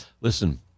listen